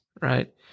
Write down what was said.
right